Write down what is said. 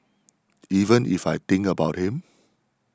even if I think about him